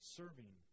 serving